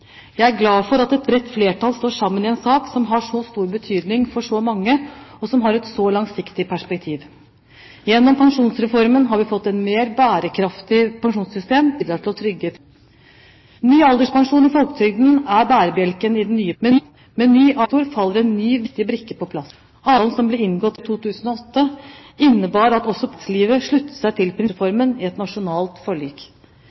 Jeg er glad for at et bredt flertall står sammen i en sak som har så stor betydning for så mange, og som har et så langsiktig perspektiv. Gjennom pensjonsreformen har vi fått et mer bærekraftig pensjonssystem, som bidrar til å trygge fremtidens pensjoner. Ny alderspensjon i folketrygden er bærebjelken i det nye pensjonssystemet. Med ny AFP i privat sektor faller en ny viktig brikke på plass. Avtalen som ble inngått i lønnsoppgjøret i 2008, innebar at også partene i arbeidslivet sluttet seg til